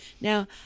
Now